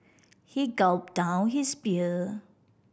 he gulped down his beer